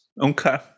Okay